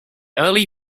early